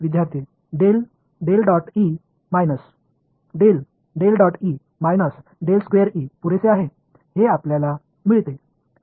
विद्यार्थी पुरेसे आहे हे आपल्याला मिळते